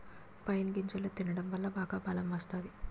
pine గింజలు తినడం వల్ల బాగా బలం వత్తాది